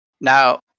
Now